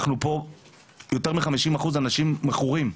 אנחנו פה יותר מחמישים אחוז אנשים מכורים,